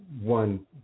one